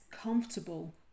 comfortable